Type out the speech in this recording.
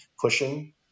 pushing